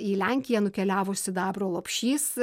į lenkiją nukeliavo sidabro lopšys